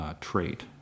trait